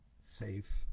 safe